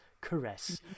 Caress